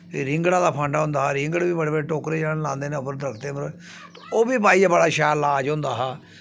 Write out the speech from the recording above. ते रिंगड़ दा फांडा होंदा हा रिंगड़ बी बड़े बड़े टोकरे जन लांदे न उप्पर दरख्तें पर तेओह् बी भाई बड़ा शैल लाज होंदा हा